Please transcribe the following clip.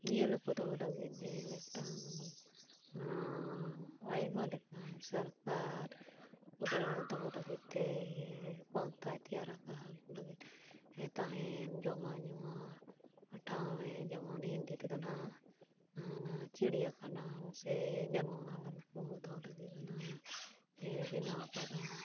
ᱡᱤᱭᱟᱹᱞᱤ ᱠᱚᱫᱚ ᱞᱟᱹᱜᱤᱫ ᱢᱤᱫᱴᱟᱝ ᱟᱭᱢᱟᱞᱮᱠᱟᱱ ᱥᱚᱨᱠᱟᱨ ᱵᱷᱩᱞᱟᱹᱣ ᱫᱚᱦᱚ ᱞᱟᱹᱜᱤᱫ ᱛᱮ ᱯᱚᱱᱛᱷᱟᱭ ᱛᱮᱭᱟᱨᱟᱠᱟᱜᱼᱟ ᱩᱱᱠᱩ ᱞᱟᱹᱜᱤᱫ ᱦᱮᱸ ᱛᱟᱦᱮᱱ ᱡᱚᱢᱟᱜ ᱧᱩᱣᱟᱜ ᱟᱴᱷᱟᱣᱚᱱ ᱡᱮᱢᱚᱱ ᱦᱤᱱᱫᱤ ᱛᱮᱫᱚ ᱱᱟᱜ ᱪᱤᱲᱭᱟᱹᱠᱷᱟᱱᱟ ᱥᱮ ᱡᱟᱱᱣᱟᱨ ᱠᱚ ᱫᱚᱦᱚ ᱞᱟᱹᱜᱤᱫ ᱚᱱᱟ ᱵᱮᱱᱟᱣ ᱠᱟᱫᱟ